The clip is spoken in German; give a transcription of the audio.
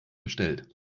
bestellt